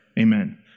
Amen